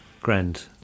Grand